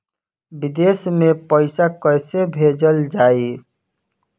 विदेश में पईसा कैसे भेजल जाई?